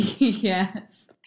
Yes